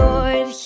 Lord